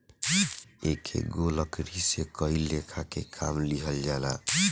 एकेगो लकड़ी से कई लेखा के काम लिहल जाला